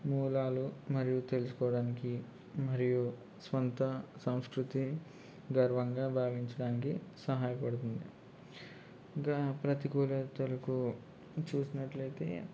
మూలాలు మరియు తెలుసుకోవడానికి మరియు సొంత సంస్కృతి గర్వంగా భావించడానికి సహాయపడుతుంది ఇక ప్రతికూలతలను చూసినట్లయితే